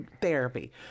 therapy